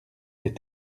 des